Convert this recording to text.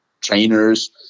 trainers